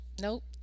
nope